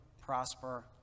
prosper